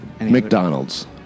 McDonald's